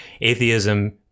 atheism